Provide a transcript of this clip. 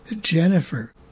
Jennifer